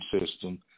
system